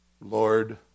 Lord